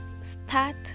start